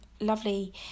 lovely